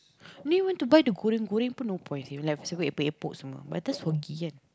then want to buy the goreng-goreng no point seh for example epok-epok semua by the time soggy kan